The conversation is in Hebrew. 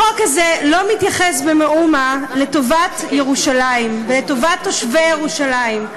החוק הזה לא מתייחס במאומה לטובת ירושלים ולטובת תושבי ירושלים,